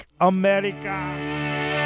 America